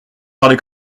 parlez